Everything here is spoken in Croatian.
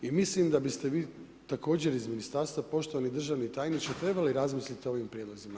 I mislim da biste vi također iz ministarstva poštovani državni tajniče, trebali razmisliti o ovim prijedlozima.